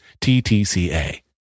TTCA